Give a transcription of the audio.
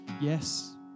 yes